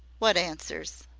what answers?